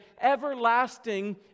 everlasting